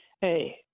Hey